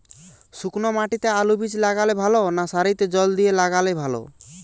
শুক্নো মাটিতে আলুবীজ লাগালে ভালো না সারিতে জল দিয়ে লাগালে ভালো?